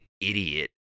idiot